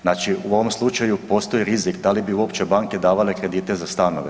Znači u ovom slučaju postoji rizik da li bi uopće davale kredite za stanove.